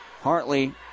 Hartley